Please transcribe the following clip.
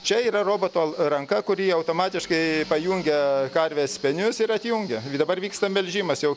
čia yra roboto ranka kuri automatiškai pajungia karvės spenius ir atjungia ir dabar vyksta melžimas jau